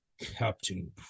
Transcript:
Captain